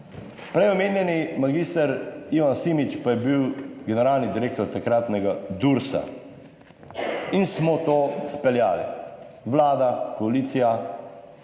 prej omenjeni mag. Ivan Simič pa je bil generalni direktor takratnega Dursa in smo to speljali; Vlada, koalicija,